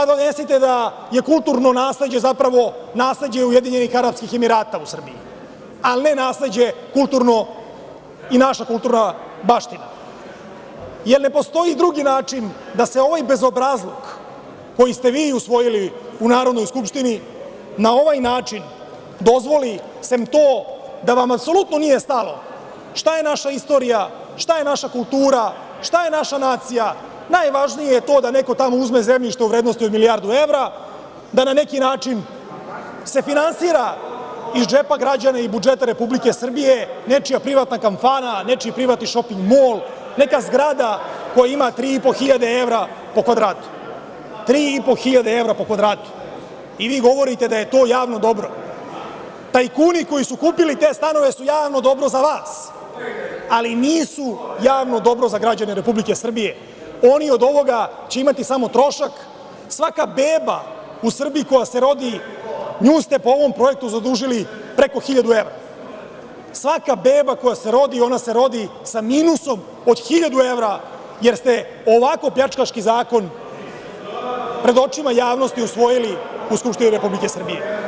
Donesite da je kulturno nasleđe zapravo nasleđe Ujedinjenih Arapskih Emirata u Srbiji ali ne nasleđe kulturno i naša kulturna baština, jer ne postoji drugi način da se ovaj bezobrazluk koji ste vi usvojili u Narodnoj skupštini, na ovaj način dozvoli, sem toga da vam apsolutno nije stalo, šta je naša istorija, šta je naša kultura, šta je naša nacija, najvažnije je to da neko tamo uzme zemljište u vrednosti od milijardu evra, da na neki način se finansira iz džepa građana i budžeta Republike Srbije, nečija privatna kafana, nečiji privatni šoping mol, neka zgrada koja ima 3500 evra po kvadratu, 3500 evra po kvadratu i vi govorite da je to javno dobro, Tajkuni koji su kupili te stanove su javno dobro za vas, ali nisu javno dobro za građane Republike Srbije, oni od ovog će imati samo trošak, svaka beba u Srbiji koja se rodi nju ste po ovom projektu zadužili preko 1000 evra, svaka beba koja se rodi ona se rodi sa minusom od 1000 evra, jer ste ovako pljačkaški zakon pred očima javnosti usvojili u Skupštini Republike Srbije.